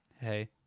hey